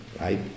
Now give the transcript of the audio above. right